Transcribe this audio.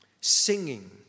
singing